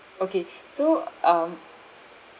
okay so um